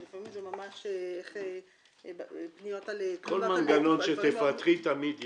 ולפעמים זה ממש פניות על --- כל מנגנון שתפתחי תמיד ינוצל.